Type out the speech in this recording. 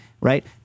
right